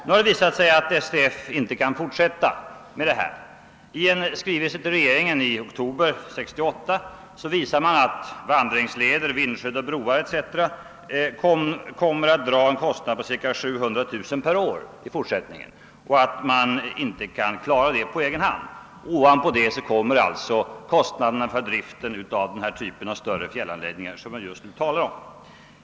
Nu har det visat sig att STF inte kan fortsätta med detta. I en skrivelse till regeringen i oktober 1968 visade man att vandringsleder, vindskydd, broar etc. kommer att dra en kostnad av cirka 700 000 kr. per år i fortsättningen och att föreningen inte kan klara detta på egen hand. Ovanpå detta kommer kostnaderna för driften av den typ av större fjällanläggningar som jag talat om.